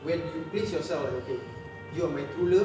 when you place yourself like okay you're my true love